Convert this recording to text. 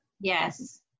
Yes